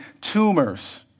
tumors